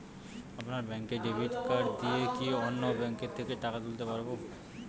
আপনার ব্যাংকের debit card দিয়ে কি অন্য ব্যাংকের থেকে টাকা তুলতে পারবো?